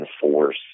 force